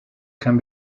can